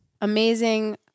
amazing